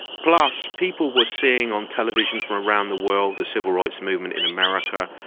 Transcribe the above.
plus, people were seeing on television from around the world the civil rights movement in america,